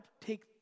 take